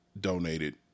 donated